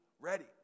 ready